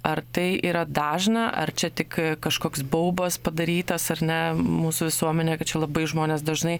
ar tai yra dažna ar čia tik kažkoks baubas padarytas ar ne mūsų visuomenė kad čia labai žmonės dažnai